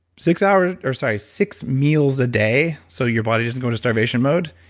six hours or sorry, six meals a day, so your body doesn't go into starvation mode,